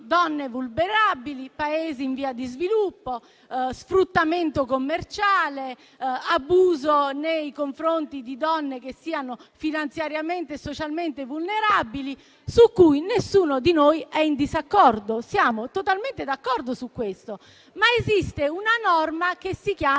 donne vulnerabili, Paesi in via di sviluppo, sfruttamento commerciale, abuso nei confronti di donne che siano finanziariamente e socialmente vulnerabili, su cui nessuno di noi è in disaccordo. Siamo totalmente d'accordo su questo, ma esiste una norma che si chiama